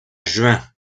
juin